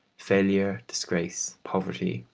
failure, disgrace, poverty,